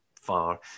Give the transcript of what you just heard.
far